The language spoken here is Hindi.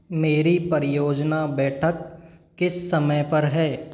मेरी परियोजना बैठक किस समय पर हैं